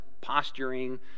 posturing